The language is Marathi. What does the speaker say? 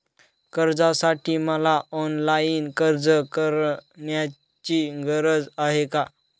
कर्जासाठी मला ऑनलाईन अर्ज करण्याची गरज आहे का?